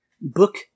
book